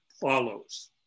follows